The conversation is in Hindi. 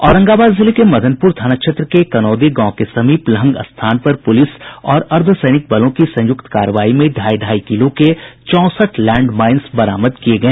औरंगाबाद जिले के मदनपुर थाना क्षेत्र के कनौदी गांव के समीप लहंग स्थान पर पूलिस और अर्धसैनिक बलों की संयुक्त कार्रवाई में ढाई ढाई किलो के चौंसठ लैंडमाइंस बरामद किए गए